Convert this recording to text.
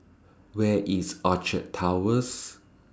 Where IS Orchard Towers